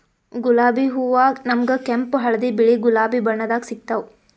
ಗುಲಾಬಿ ಹೂವಾ ನಮ್ಗ್ ಕೆಂಪ್ ಹಳ್ದಿ ಬಿಳಿ ಗುಲಾಬಿ ಬಣ್ಣದಾಗ್ ಸಿಗ್ತಾವ್